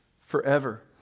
forever